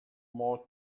more